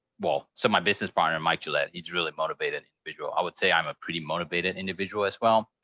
well, so my business partner, mike gillette, he's really motivated individual. i would say i'm a pretty motivated individual as well,